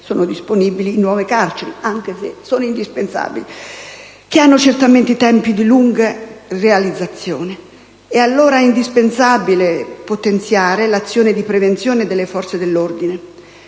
sono disponibili, in nuove carceri, anche se indispensabili, che hanno certamente tempi di lunga realizzazione. È allora indispensabile potenziare l'azione di prevenzione delle forze dell'ordine.